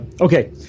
Okay